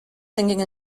singing